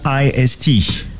IST